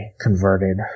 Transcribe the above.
converted